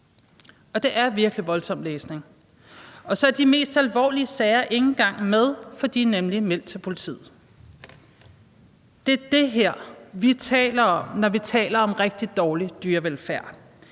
Det er virkelig voldsom læsning. Og så er de mest alvorlige sager ikke engang med, for de er nemlig meldt til politiet. Det er det her, vi taler om, når vi taler om rigtig dårlig dyrevelfærd.